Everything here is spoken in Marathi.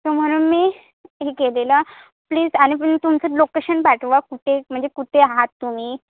सो म्हणून मी हे केलेला प्लीज आणि पुन्हा तुमचं लोकेशन पाठवा कुठे म्हणजे कुठे आहात तुम्ही